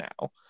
now